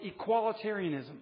equalitarianism